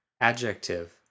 adjective